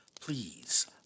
please